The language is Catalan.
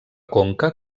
conca